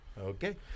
Okay